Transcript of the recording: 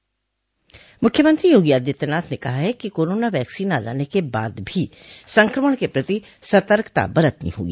मूख्यमंत्री योगी आदित्यनाथ ने कहा है कि कोरोना वैक्सीन आ जाने के बाद भी संकमण के प्रति सतर्कता बरतनी होगी